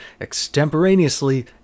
extemporaneously